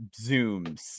zooms